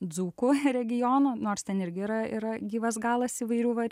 dzūkų regiono nors ten irgi yra yra gyvas galas įvairių va